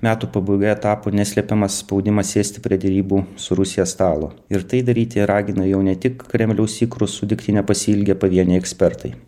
metų pabaigoje tapo neslepiamas spaudimas sėsti prie derybų su rusija stalo ir tai daryti ragina jau ne tik kremliaus ikrų su degtine pasiilgę pavieniai ekspertai